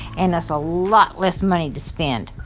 and that's a lot less money to spend.